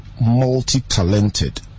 multi-talented